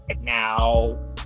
now